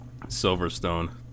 Silverstone